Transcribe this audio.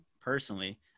Personally